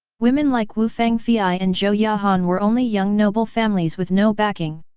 women like wu fangfei and zhou yahan were only young noble families with no backing.